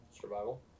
Survival